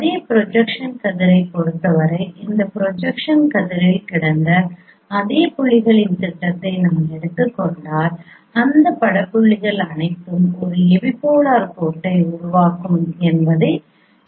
அதே ப்ரொஜெக்ஷன் கதிரைப் பொறுத்தவரை இந்த ப்ரொஜெக்ஷன் கதிரில் கிடந்த அதே புள்ளிகளின் திட்டத்தை நான் எடுத்துக் கொண்டால் அந்த பட புள்ளிகள் அனைத்தும் ஒரு எபிபோலார் கோட்டை உருவாக்கும் என்பதை இங்கே காணலாம்